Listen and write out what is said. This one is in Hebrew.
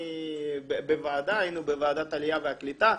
היינו בוועדת העלייה והקליטה,